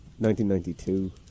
1992